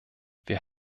wir